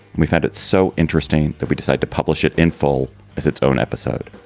we found it so interesting that we decide to publish it in full as it's own episode.